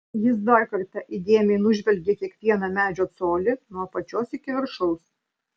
jis dar kartą įdėmiai nužvelgė kiekvieną medžio colį nuo apačios iki viršaus